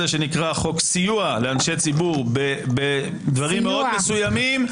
שנקרא "חוק סיוע לאנשי ציבור" בדברים מאוד מסוימים.